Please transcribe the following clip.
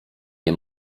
nie